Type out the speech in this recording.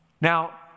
Now